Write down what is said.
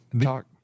Talk